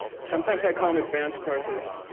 sometimes i call them advanced courses,